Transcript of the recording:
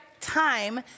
time